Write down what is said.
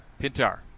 Pintar